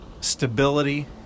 stability